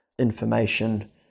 information